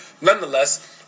Nonetheless